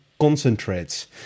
concentrates